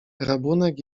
rabunek